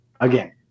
Again